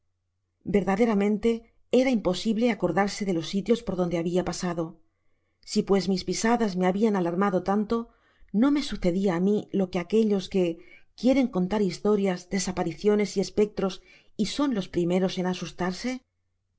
verdaderamente era imposible acordarse de los sitios por donde habia pasado si pues mis pisadas me habian alarmado tanto no me sucedia á mi lo que aquellos que quieren contar historias desapariciones y espectros y son les primeros en asustarse